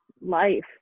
life